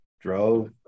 drove